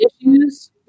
issues